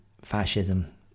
fascism